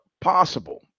possible